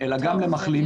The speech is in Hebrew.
-- אלא גם למחלימים,